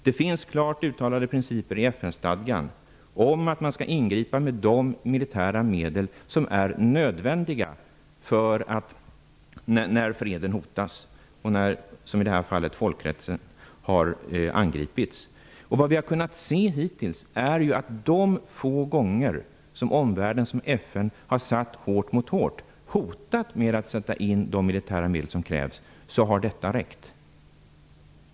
Det finns klart uttalade principer i FN-stadgan om att man skall ingripa med de militära medel som är nödvändiga när freden hotas och, som i det här fallet, folkrätten angrips. Vi har hittills sett att de få gånger som omvärlden, dvs. FN, har satt hårt mot hårt och hotat med att sätta in de militära medel som krävs har varit tillräckliga.